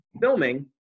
filming